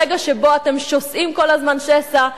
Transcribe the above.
ברגע שבו אתם שוסעים כל הזמן שסע,